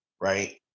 right